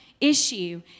issue